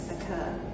occur